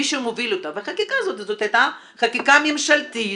מישהו מוביל אותם והחקיקה הזאת הייתה חקיקה ממשלתית,